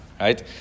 right